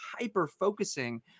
hyper-focusing